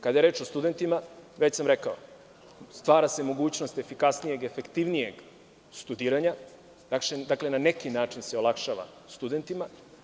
Kada je reč o studentima, već sam rekao, stvara se mogućnost efikasnijeg, efektivnijeg studiranja, na neki način se olakšava studentima.